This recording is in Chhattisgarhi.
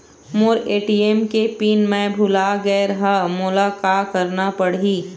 मोर ए.टी.एम के पिन मैं भुला गैर ह, मोला का करना पढ़ही?